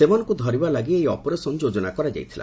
ସେମାନଙ୍କୁ ଧରିବା ଲାଗି ଏହି ଅପରେସନ୍ ଯୋଜନା କରାଯାଇଥିଲା